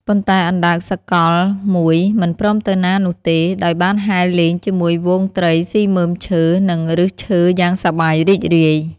ប៉ុន្តែអណ្ដើកសកលមួយមិនព្រមទៅណានោះទេ ដោយបានហែលលេងជាមួយហ្វូងត្រីស៊ីមើមឈើ និងឫសឈើយ៉ាងសប្បាយរីករាយ។